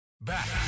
Back